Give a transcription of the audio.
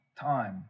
time